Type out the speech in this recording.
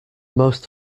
most